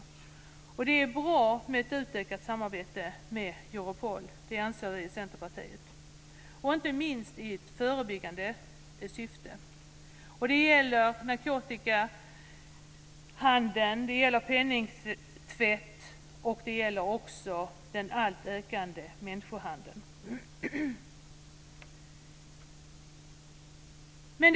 Vi i Centerpartiet anser att det är bra med ett utökat samarbete med Europol, inte minst i förebyggande syfte. Det gäller narkotikahandel, penningtvätt och den alltmer ökande människohandeln.